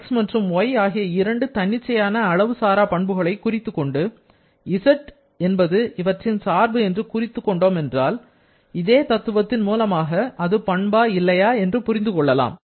x மற்றும் y ஆகிய இரண்டு தன்னிச்சையான அளவு சாரா பண்புகளை குறித்துக்கொண்டு z என்பது இவற்றின் சார்பு என்று குறித்துக் கொண்டோம் என்றால் இதே தத்துவத்தின் மூலமாக அது பண்பா இல்லையா என்று புரிந்து கொள்ளலாம்